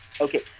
Okay